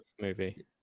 movie